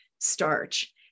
starch